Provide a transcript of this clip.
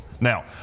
Now